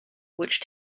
which